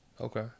Okay